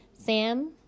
Sam